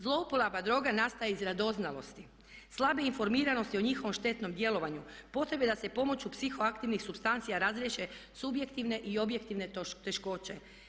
Zlouporaba droga nastaje iz radoznalosti, slabe informiranosti o njihovom štetnom djelovanju, potrebe da se pomoću psihoaktivnih supstanci razriješe subjektivne i objektivne teškoće.